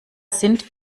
sind